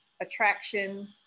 attraction